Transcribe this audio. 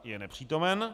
Je nepřítomen.